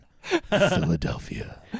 Philadelphia